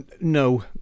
No